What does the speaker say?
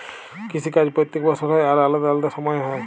কিসি কাজ প্যত্তেক বসর হ্যয় আর আলেদা আলেদা সময়ে হ্যয়